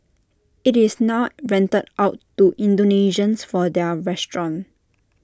IT is now rented out to Indonesians for their restaurant